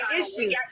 issues